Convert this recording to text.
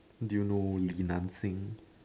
do you know is Nan Xing